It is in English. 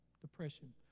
Depression